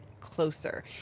closer